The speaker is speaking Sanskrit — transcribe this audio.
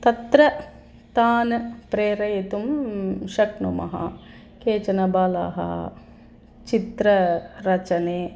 तत्र तान् प्रेरयितुं शक्नुमः केचन बालाः चित्ररचने